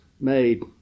made